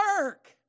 work